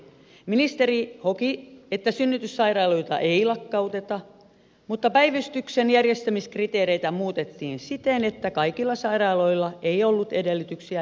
ministeri hoki että synnytyssairaaloita ei lakkauteta mutta päivystyksen järjestämiskriteereitä muutettiin siten että kaikilla sairaaloilla ei ollut edellytyksiä jatkaa